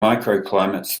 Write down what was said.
microclimates